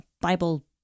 Bible